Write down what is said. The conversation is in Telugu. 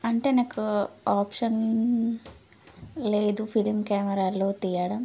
అంటే నాకు ఆప్షన్ లేదు ఫిలిం కెమెరాలో తీయడం